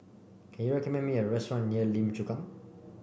can you recommend me a restaurant near Lim Chu Kang